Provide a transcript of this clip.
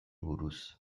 buruz